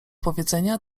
powiedzenia